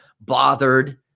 bothered